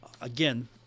Again